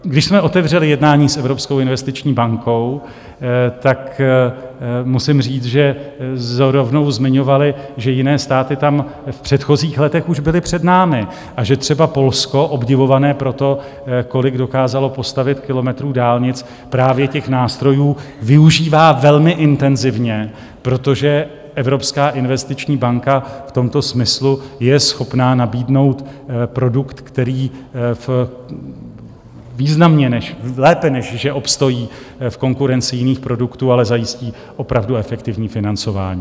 Když jsme otevřeli jednání s Evropskou investiční bankou, musím říct, že rovnou zmiňovali, že jiné státy tam v předchozích letech už byly před námi a že třeba Polsko, obdivované pro to, kolik dokázalo postavit kilometrů dálnic, právě těch nástrojů využívá velmi intenzivně, protože Evropská investiční banka v tomto smyslu je schopna nabídnout produkt, který významně lépe obstojí v konkurenci jiných produktů, ale zajistí opravdu efektivní financování.